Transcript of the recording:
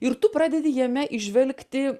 ir tu pradedi jame įžvelgti